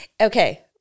Okay